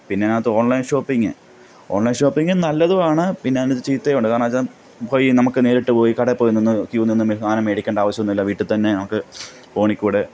പിന്നതിനകത്ത് online shopping online ഷോപ്പിങ്ങും നല്ലതുമാണ് പിന്നതിനകത്ത് ചീത്തയുമുണ്ട് കാരണമെന്നു വെച്ചാൽ ഇപ്പോൾ ഈ നമുക്ക് നേരിട്ടു പോയി കടയിൽ പോയി നിന്ന് ക്യൂ നിന്ന് സാധനം മേടിക്കേണ്ട ആവശ്യമൊന്നുമില്ല വീട്ടിൽ തന്നെ നമുക്ക് ഫോണിൽ ക്കൂടി